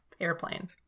airplane